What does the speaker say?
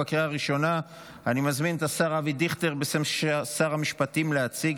אושרה בקריאה ראשונה ותעבור לדיון בוועדת המדע והטכנולוגיה לצורך